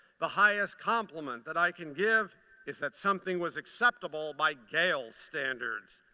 the highest compliment that i can give is that something was acceptable by gail's standards.